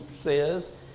says